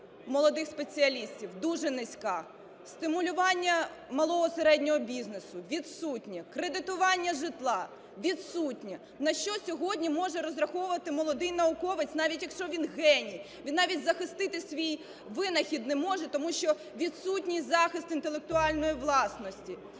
молодих спеціалістів дуже низька. Стимулювання малого, середнього бізнесу – відсутнє. Кредитування житла – відсутнє. На що сьогодні може розраховувати молодий науковець, навіть якщо він геній, він навіть захистити свій винахід не може, тому що відсутній захист інтелектуальної власності.